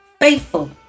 faithful